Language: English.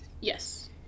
Yes